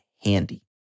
handy